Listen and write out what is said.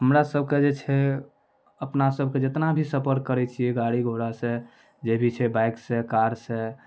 हमरा सबके जे छै अपना सबके जेतना भी सफर करै छियै गाड़ी घोड़ा सऽ जे भी छै बाइक सऽ कार सऽ